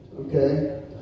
Okay